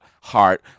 heart